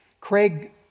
Craig